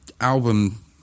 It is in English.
album